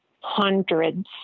hundreds